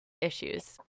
issues